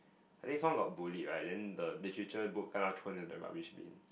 I think someone got bullied right then the literature book kena thrown into the rubbish bin